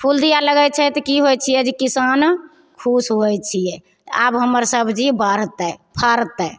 फूल दिए लगैत छै तऽ की होइत छियै जे किसान खुश होइत छियै आब हमर सबजी बढ़तै फड़तै